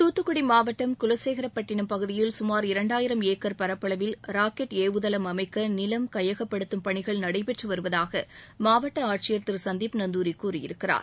தூத்துக்குடி மாவட்டம் குலசேகரப்பட்டிணம் பகுதியில் சுமார் இரண்டாயிரம் ஏக்கர் பரப்பளவில் ராக்கெட் ஏவுதளம் அமைக்க நிலம் கையகப்படுத்தும் பணிகள் நடைபெற்று வருவதாக மாவட்ட ஆட்சியர் திரு சந்தீப் நந்தூரி கூறியிருக்கிறார்